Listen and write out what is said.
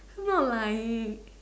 not like